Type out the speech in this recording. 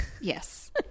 yes